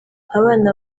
abana